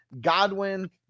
Godwin